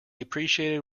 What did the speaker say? appreciated